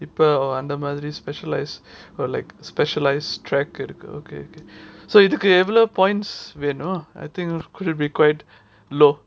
people இப்போ அந்த மாதிரி:ipo andha madhiri specialise or like specialized track இருக்கு:iruku okay okay so இதுக்கு எவ்ளோ:idhuku evlo points வேணும்:venum no I think it could have be quite low